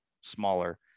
smaller